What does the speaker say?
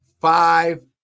five